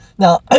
Now